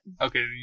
Okay